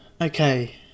Okay